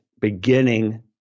beginning